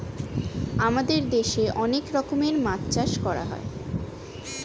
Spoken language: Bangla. আমাদের দেশে অনেক রকমের মাছ চাষ করা হয়